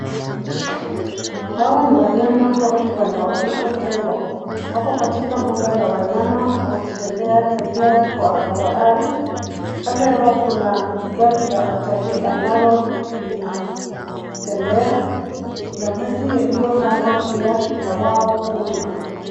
Hawa ni wanyama pori wanaoitwa tembo, wako katika mbuga la wanyama wakitembeatembea kwa barabara. Kando yao kuna gari la utalii ambalo linatembea, kuna maji yaliyokando pia ya wao kunywa.